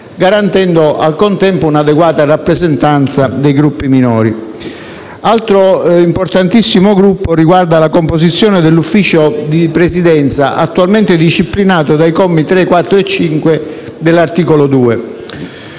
garantendo al contempo un'adeguata rappresentanza dei Gruppi minori. Un altro aspetto importantissimo riguarda la composizione dell'Ufficio di Presidenza, attualmente disciplinato dai commi 3, 4 e 5 dell'articolo 2.